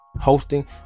hosting